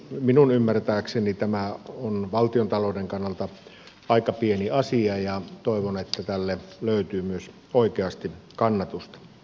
minun ymmärtääkseni tämä on valtiontalouden kannalta aika pieni asia ja toivon että tälle löytyy myös oikeasti kannatusta